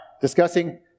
discussing